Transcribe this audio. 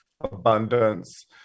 abundance